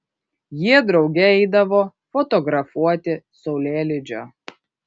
jie drauge eidavo fotografuoti saulėlydžio